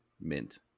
mint